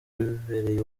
bibereye